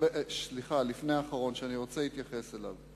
הלפני אחרון שאני רוצה להתייחס אליו,